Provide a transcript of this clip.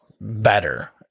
better